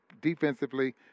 defensively